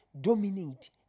Dominate